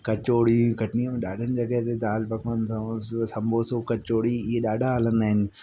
कचोड़ी कटनीअ में ॾाढनि जॻहियुनि ते दाल पकवान समोसो संबोसो कचोड़ी इहे ॾाढा हलंदा आहिनि